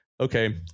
okay